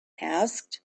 asked